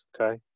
Okay